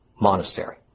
Monastery